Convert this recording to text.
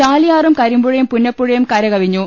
ചാലിയാറും കരിമ്പുഴയും പുന്നപ്പുഴയും കരകവിഞ്ഞു